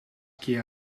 keer